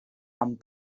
amb